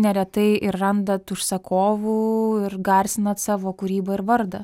neretai ir randat užsakovų ir garsinat savo kūrybą ir vardą